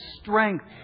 strength